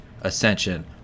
ascension